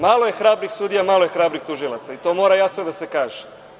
Malo je hrabrih sudija, malo je hrabrih tužilaca i to mora jasno da se kaže.